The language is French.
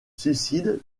suicide